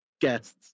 guests